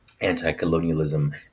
anti-colonialism